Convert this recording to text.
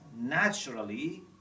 naturally